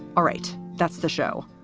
all right. that's the show.